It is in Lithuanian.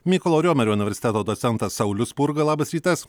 mykolo riomerio universiteto docentas saulius spurga labas rytas